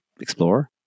explore